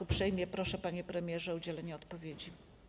Uprzejmie proszę, panie premierze, o udzielenie odpowiedzi.